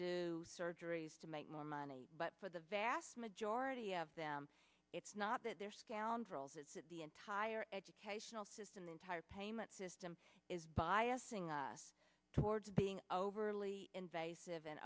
do surgeries to make more money but for the vast majority of them it's not that they're scoundrels it's that the entire educational system the entire payment system is biasing us towards being overly invasive and